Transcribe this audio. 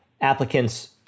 applicants